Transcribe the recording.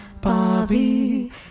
Bobby